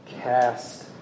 cast